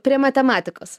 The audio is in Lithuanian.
prie matematikos